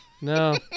No